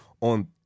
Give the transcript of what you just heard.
on